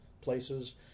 places